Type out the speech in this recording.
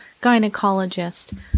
gynecologist